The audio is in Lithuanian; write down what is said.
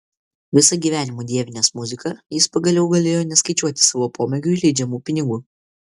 visą gyvenimą dievinęs muziką jis pagaliau galėjo neskaičiuoti savo pomėgiui leidžiamų pinigų